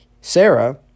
Sarah